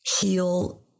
heal